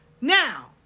Now